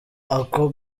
ako